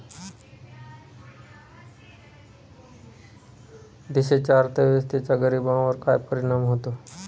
देशाच्या अर्थव्यवस्थेचा गरीबांवर काय परिणाम होतो